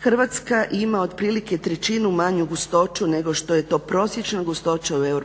Hrvatska ima otprilike trećinu manju gustoću nego što je to prosječna gustoća u EU,